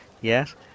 Yes